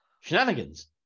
Shenanigans